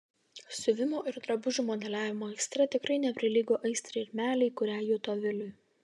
siuvimo ir drabužių modeliavimo aistra tikrai neprilygo aistrai ir meilei kurią juto viliui